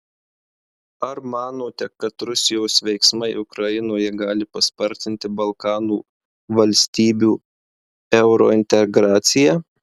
ar manote kad rusijos veiksmai ukrainoje gali paspartinti balkanų valstybių eurointegraciją